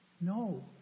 No